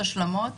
לנחשון כמויות,